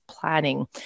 planning